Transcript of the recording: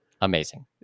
amazing